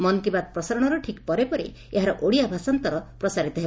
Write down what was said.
ମନ୍ କି ବାତ୍ ପ୍ରସାରଣର ଠିକ୍ ପରେ ପରେ ଏହାର ଓଡ଼ିଆ ଭାଷାନ୍ତର ପ୍ରସାରିତ ହେବ